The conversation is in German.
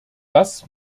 das